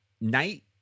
night